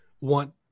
want